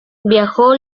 viajó